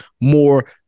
more